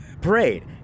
parade